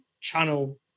channel